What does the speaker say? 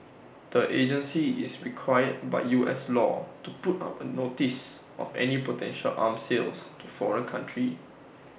the agency is required by U S law to put up A notice of any potential arm sales to foreign countries